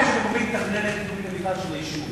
זה לא הממשלה.